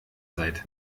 seid